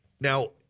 Now